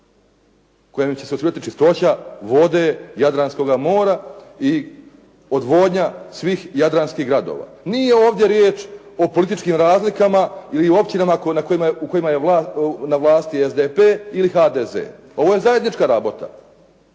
kojim će se osigurati čistoća vode Jadranskoga mora i odvodnja svih jadranskih gradova. Nije ovdje riječ o političkim razlikama ili općinama u kojima je na vlasti SDP ili HDZ, ovo je zajednička rabota.